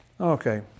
Okay